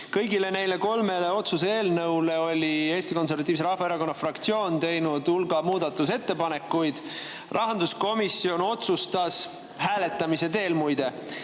kõigi nende kolme kohta oli Eesti Konservatiivse Rahvaerakonna fraktsioon teinud hulga muudatusettepanekuid. Rahanduskomisjon otsustas, hääletamise teel muide